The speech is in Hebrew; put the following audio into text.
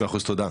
תודה.